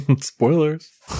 Spoilers